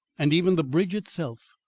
and even the bridge itself,